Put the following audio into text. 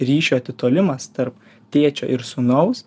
ryšio atitolimas tarp tėčio ir sūnaus